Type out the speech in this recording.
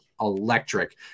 electric